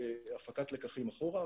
1. הפקת לקחים אחורה.